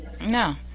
No